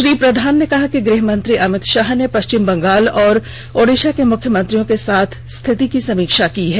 श्री प्रधान ने कहा कि गृहमंत्री अमित शाह ने पश्चिम बंगाल और ओडिसा के मुख्यमंत्रियों के साथ स्थिति की समीक्षा की है